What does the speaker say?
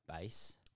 base